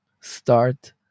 start